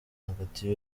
hagati